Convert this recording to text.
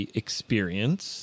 experience